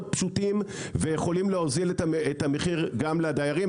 פשוטים ויכולים להוזיל את המחיר גם לדיירים.